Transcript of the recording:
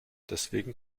deswegen